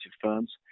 firms